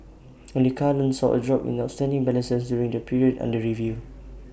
only car loans saw A drop in outstanding balances during the period under review